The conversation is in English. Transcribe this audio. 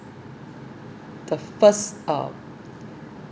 the first uh